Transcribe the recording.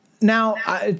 now